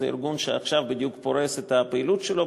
זה ארגון שעכשיו בדיוק פורס את הפעילות שלו,